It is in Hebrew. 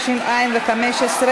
התשע"ה 2015,